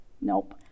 Nope